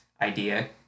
idea